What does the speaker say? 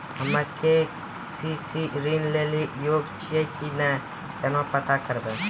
हम्मे के.सी.सी ऋण लेली योग्य छियै की नैय केना पता करबै?